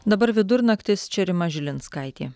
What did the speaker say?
dabar vidurnaktis čia rima žilinskaitė